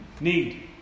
need